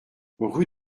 rue